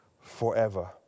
forever